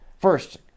first